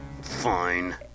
Fine